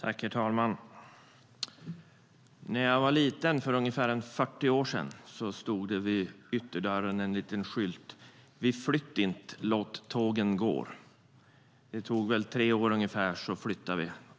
Herr talman! När jag var liten för ungefär 40 år sedan stod det en liten skylt vid ytterdörren: Vi flytt int! Låt tågen gå! Det tog väl ungefär tre år, så flyttade vi.